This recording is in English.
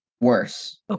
worse